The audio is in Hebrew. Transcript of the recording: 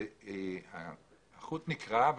החוט נקרע,